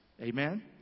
Amen